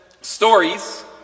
stories